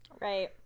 Right